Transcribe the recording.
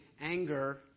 anger